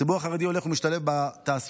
הציבור החרדי הולך ומשתלב בתעסוקה,